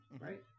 right